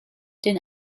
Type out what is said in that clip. den